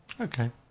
Okay